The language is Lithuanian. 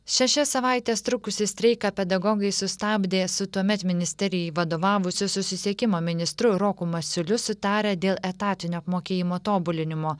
šešias savaites trukusį streiką pedagogai sustabdė su tuomet ministerijai vadovavusiu susisiekimo ministru roku masiuliu sutarę dėl etatinio apmokėjimo tobulinimo